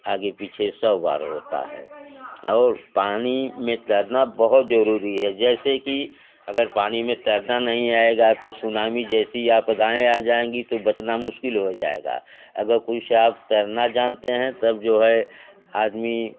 आगे पीछे सौ बार होती है और पानी में तैरना बहुत ज़रूरी है जैसे कि अगर पानी में तैरना नहीं आएगा तो सुनामी जैसी आपदाएं आ जाएंगी तो बचना मुश्किल ही जाएगा अगर कोई साहब तैरना जानते हैं तब जो आदमी